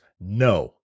No